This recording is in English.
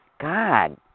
God